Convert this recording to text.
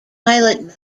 pilot